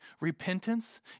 Repentance